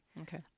Okay